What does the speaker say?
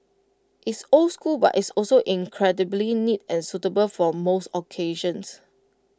it's old school but it's also incredibly neat and suitable for most occasions